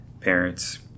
parents